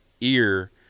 ear –